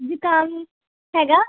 ਜੁਕਾਮ ਹੈਗਾ